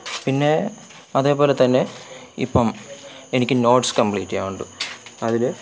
പിന്നെ അതേപോലെതന്നെ ഇപ്പം എനിക്ക് നോട്ട്സ് കമ്പ്ലീറ്റ് ചെയ്യാനുണ്ട് അതിൽ